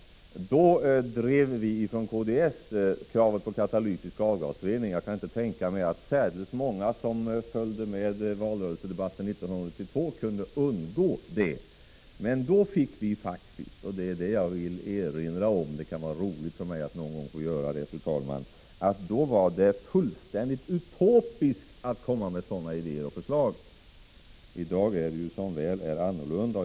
Då drev vi från kds kravet på katalytisk avgasrening. Jag kan inte tänka mig att särdeles många som följde valrörelsedebatten 1982 kunde undgå det. Men då — det är detta jag vill erinra om, eftersom det kan vara roligt för mig att någon gång få göra det — var det fullständigt utopiskt att komma med sådana idéer och förslag. I dag är det, som väl är, annorlunda.